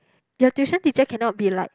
your tuition teacher cannot be like